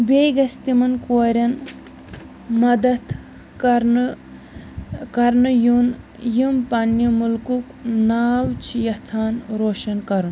بیٚیہِ گژھِ تِمَن کورِٮ۪ن مدد کرنہٕ کرنہٕ یُن یم پَنِنہِ مُلکُک ناو چھِ یِژھان روشَن کرُن